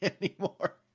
anymore